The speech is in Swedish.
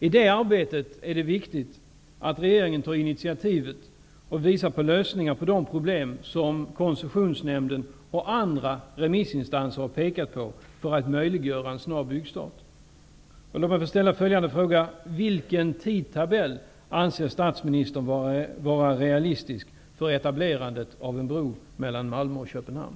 I det arbetet är det viktigt att regeringen tar initiativet och visar på lösningar på de problem som Koncessionsnämnden och andra remissinstanser har pekat på, för att möjliggöra en snabb byggstart. Låt mig få ställa följande fråga: Vilken tidtabell anser statsministern vara realistisk för etablerandet av en bro mellan Malmö och Köpenhamn?